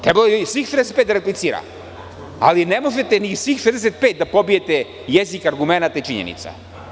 Trebalo je svih 65 da replicira, ali ne možete ni svih 65 da pobijete jezik argumenata i činjenica.